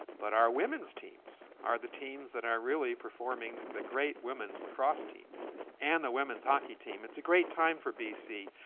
but our women's teams are the teams that are really performing, the great women's lacrosse team and the women's hockey team. it's a great time for bc.